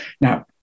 Now